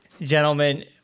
gentlemen